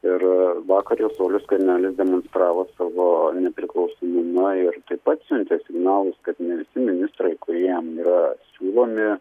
ir vakar jau saulius skvernelis demonstravo savo nepriklausomumą ir taip pat siuntė signalus kad ni ministrai kurie jam yra siūlomi